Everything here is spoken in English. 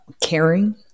caring